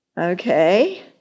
Okay